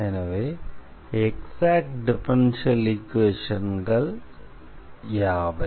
எனவே exact differential ஈக்வேஷன்கள் யாவை